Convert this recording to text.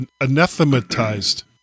anathematized